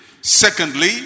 Secondly